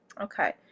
Okay